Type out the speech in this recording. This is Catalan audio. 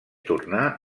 tornar